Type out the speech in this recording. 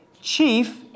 chief